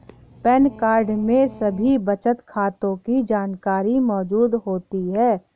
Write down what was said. pan card में सभी बचत खातों की जानकारी मौजूद होती है